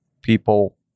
people